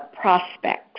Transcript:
prospects